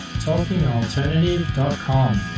talkingalternative.com